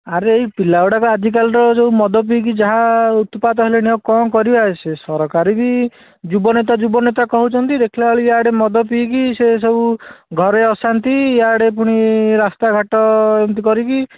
ଆରେ ଏହି ପିଲା ଗୁଡ଼ାକ ଆଜିକାଲି ତ ଯେଉଁ ମଦ ପିଇକି ଯାହା ଉତ୍ପାତ ହେଲେଣି ଆଉ କ'ଣ କରିବା ସିଏ ସରକାର ବି ଯୁବ ନେତା ଯୁବ ନେତା କହୁଛନ୍ତି ଦେଖିଲା ବେଳକୁ ଇଆଡ଼େ ମଦ ପିଇକି ସିଏ ସବୁ ଘରେ ଅଶାନ୍ତି ଇଆଡ଼େ ଫୁଣି ରାସ୍ତା ଘାଟ ଏମିତି କରିକି